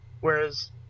Whereas